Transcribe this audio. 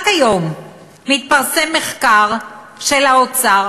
רק היום מתפרסם מחקר של האוצר,